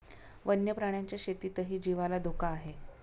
वन्य प्राण्यांच्या शेतीतही जीवाला धोका आहे